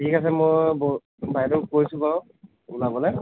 ঠিক আছে মই ব বাইদেউক কৈছোঁ বাৰু ওলাবলৈ